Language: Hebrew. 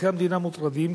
אזרחי המדינה מוטרדים.